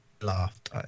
laughed